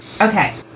Okay